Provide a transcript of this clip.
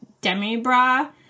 demi-bra